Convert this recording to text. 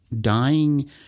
dying